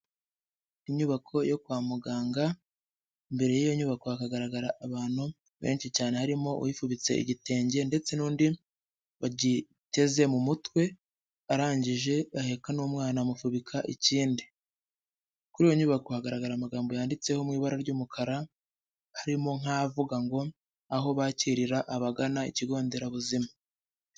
Inyubako yo kwa muganga, imbere y'iyo nyubako hakagaragara abantu benshi cyane harimo uwifubitse igitenge ndetse n'undi wagiteze mu mutwe arangije aheka n'umwana amufubika ikindi, kuri iyo nyubako hagaragara amagambo yanditseho mu ibara ry'umukara, harimo nk'avuga ngo aho bakirira abagana ikigo nderabuzima.